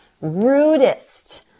rudest